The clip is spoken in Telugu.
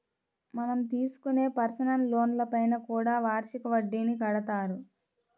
మనం తీసుకునే పర్సనల్ లోన్లపైన కూడా వార్షిక వడ్డీని కడతారు